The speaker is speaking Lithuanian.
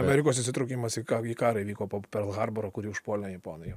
amerikos įsitraukimas į ką į karą įvyko po perl harboro kurį užpuolė japonai